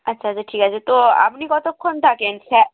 আচ্ছা আচ্ছা ঠিক আছে তো আপনি কতক্ষণ থাকেন স্যার